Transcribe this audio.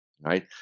right